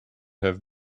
have